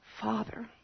Father